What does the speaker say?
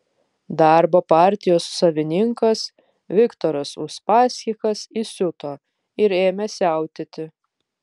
darbo partijos savininkas viktoras uspaskichas įsiuto ir ėmė siautėti